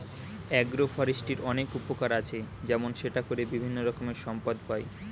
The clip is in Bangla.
অ্যাগ্রো ফরেস্ট্রির অনেক উপকার আছে, যেমন সেটা করে বিভিন্ন রকমের সম্পদ পাই